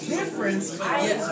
difference